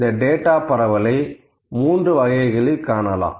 இந்த டேட்டா பரவலை மூன்று வகைகளில் காணலாம்